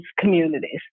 communities